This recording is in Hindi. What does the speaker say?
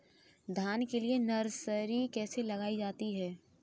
धान के लिए नर्सरी कैसे लगाई जाती है?